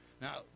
Now